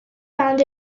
found